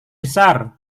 besar